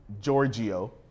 Giorgio